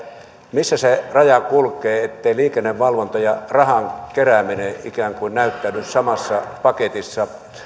missä se raja kulkee etteivät liikennevalvonta ja rahan kerääminen ikään kuin näyttäydy samassa paketissa